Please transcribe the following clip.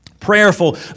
Prayerful